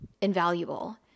invaluable